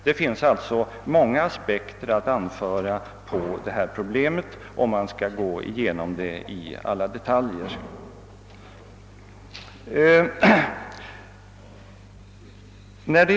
Det finns alltså många aspekter att anlägga på detta problem, om man skall gå igenom det i alla detaljer.